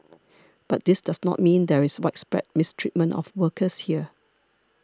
but this does not mean there is widespread mistreatment of workers here